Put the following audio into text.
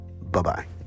Bye-bye